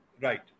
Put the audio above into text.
Right